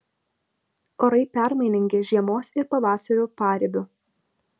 orai permainingi žiemos ir pavasario paribiu